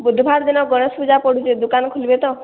ବୁଧୁବାର ଦିନ ଗଣେଶ ପୂଜା ପଡ଼ୁଛି ଦୋକାନ ଖୋଲିବେ ତ